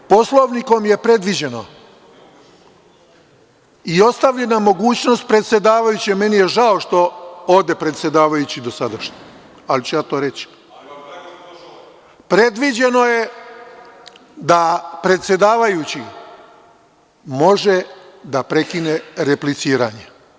Ovako, Poslovnikom je predviđeno i ostavljena mogućnost predsedavajućem, meni je žao što ode dosadašnji predsedavajući, ali ja ću to reći, predviđeno je da predsedavajući može da prekine repliciranje.